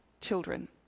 children